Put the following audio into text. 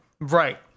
Right